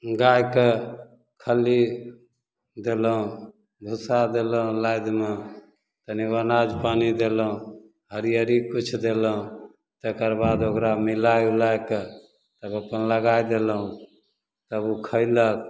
गायके खली देलहुॅं भुसा देलहुॅं नाइदमे तनि पानि देलहुॅं हरियरी किछु देलहुॅं तकर बाद ओकरा मिला उला कऽ तब अपन लगाइ देलहुॅं तब ओ खैलक